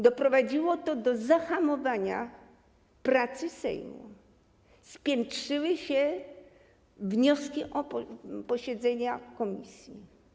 Doprowadziło to do zahamowania pracy Sejmu, spiętrzyły się wnioski o posiedzenia komisji.